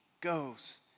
goes